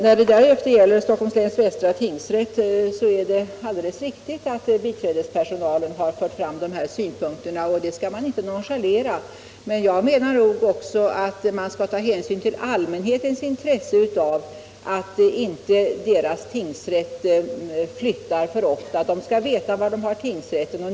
När det sedan gäller Stockholms läns västra tingsrätt är det alldeles riktigt att biträdespersonalen har fört fram de här synpunkterna och de skall inte nonchaleras. Men jag menar att man också skall ta hänsyn till allmänhetens intresse av att deras tingsrätt inte flyttar för ofta. Allmänheten skall veta var de har tingsrätten.